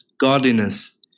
Godliness